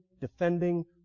defending